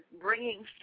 bringing